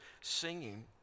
singing